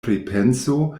pripenso